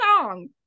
song